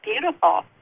Beautiful